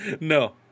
No